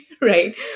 right